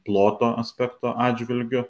ploto aspekto atžvilgiu